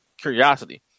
curiosity